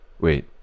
wait